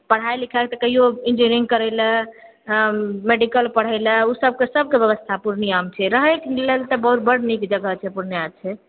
पढाइ लिखाइ तऽ कहियो इन्जीनियरिंग हऽ मैडिकल पढ़े लए ओ सब सबके व्यवस्था आब पूर्णियाँमे छै रहैए के लेल बहुत बड्ड नीक जगह छै पूर्णियाँ छै